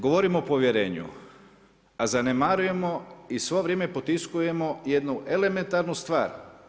Govorimo o povjerenju, a zanemarujemo i svo vrijeme potiskujemo jednu elementarnu stvar.